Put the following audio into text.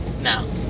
No